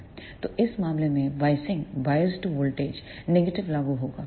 तो इस मामले में बायसड वोल्टेज नेगेटिव लागू होगा